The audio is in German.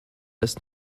ist